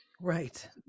right